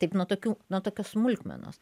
taip nuo tokių nuo tokios smulkmenos